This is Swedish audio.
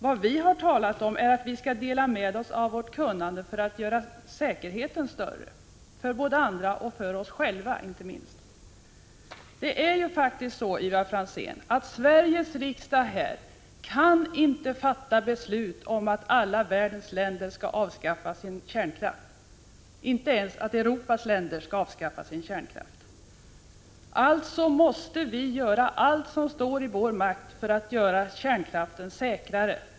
Vad vi har talat om är att vi skall dela med oss av vårt kunnande för att förbättra säkerheten — både för andra och, inte minst, för oss själva. Vi i Sveriges riksdag kan faktiskt inte, Ivar Franzén, fatta beslut om att alla världens länder skall avskaffa sin kärnkraft. Vi kan inte ens besluta att Europas länder skall göra det. Alltså måste vi göra allt som står i vår makt när det gäller att göra kärnkraften säkrare.